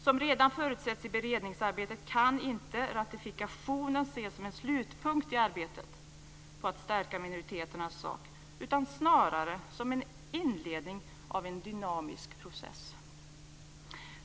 Som redan förutsätts i beredningsarbetet kan inte ratifikationen ses som en slutpunkt i arbetet med att stärka minoriteternas sak, utan snarare som en inledning av en dynamisk process.